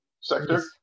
sector